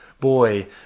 Boy